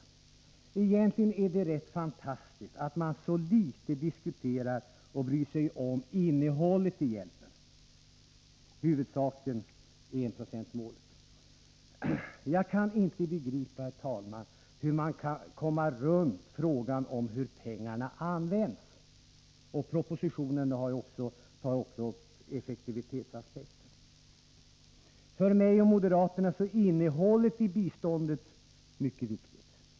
Egentligen är det fantastiskt att man så litet diskuterar och bryr sig om innehållet i hjälpen — huvudsaken är enprocentsmålet. Jag kan inte begripa, herr talman, hur man kan komma runt frågan om hur pengarna används. I propositionen tas effektivitetsaspekten också upp. För mig och moderaterna är innehållet i biståndet mycket viktigt.